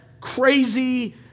crazy